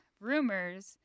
rumors